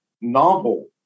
novel